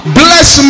bless